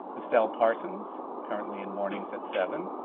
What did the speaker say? estelle parsons, currently in morning's at seven.